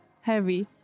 heavy